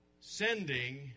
sending